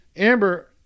Amber